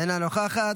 אינה נוכחת.